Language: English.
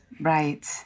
right